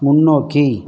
முன்னோக்கி